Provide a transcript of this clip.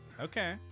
okay